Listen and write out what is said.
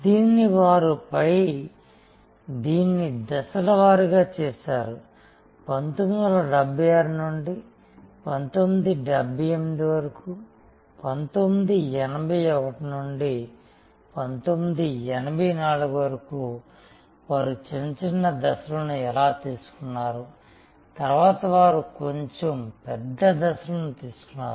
దీనిని వారు దీన్ని దశల వారీగా చేసారు 1976 నుండి 1978 వరకు 1981 నుండి 1984 వరకు వారు చిన్న చిన్న దశలను ఎలా తీసుకున్నారు తరువాత వారు కొంచం పెద్ద దశలను తీసుకున్నారు